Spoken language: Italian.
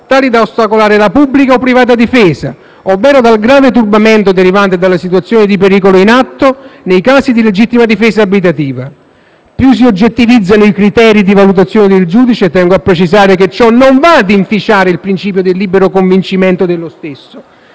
tali da ostacolare la pubblica o privata difesa, ovvero un grave turbamento derivante dalla situazione di pericolo in atto nei casi di legittima difesa abitativa. Più si oggettivizzano i criteri di valutazione del giudice (tengo a precisare che ciò non va ad inficiare il principio del libero convincimento dello stesso,